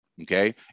Okay